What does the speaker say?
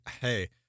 Hey